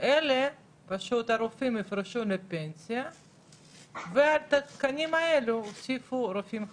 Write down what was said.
אלא פשוט הרופאים יפרשו לפנסיה ולתקנים האלה יוסיפו רופאים חדשים,